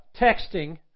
texting